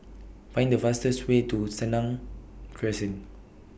Find The fastest Way to Senang Crescent